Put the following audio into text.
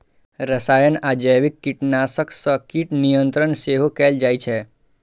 रसायन आ जैविक कीटनाशक सं कीट नियंत्रण सेहो कैल जाइ छै